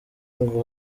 ngo